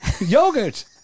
yogurt